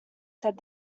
said